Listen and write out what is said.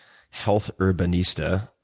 health herbanista.